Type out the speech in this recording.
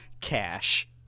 cash